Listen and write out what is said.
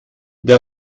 der